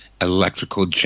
electrical